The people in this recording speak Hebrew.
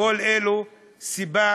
כל אלה הסיבה